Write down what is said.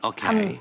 Okay